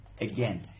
again